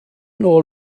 nôl